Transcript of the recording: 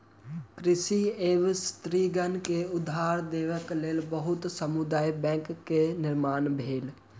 कृषक एवं स्त्रीगण के उधार देबक लेल बहुत समुदाय बैंक के निर्माण भेलै